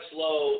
Slow